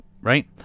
right